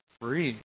free